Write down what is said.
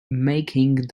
making